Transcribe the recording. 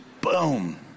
boom